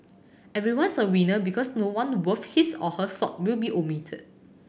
everyone's a winner because no one worth his or her salt will be omitted